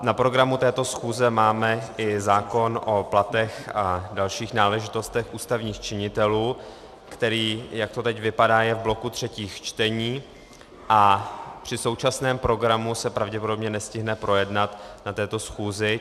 Na programu této schůze máme i zákon o platech a dalších náležitostech ústavních činitelů, který, jak to teď vypadá, je v bloku třetích čtení a při současném programu se pravděpodobně nestihne projednat na této schůzi.